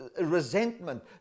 resentment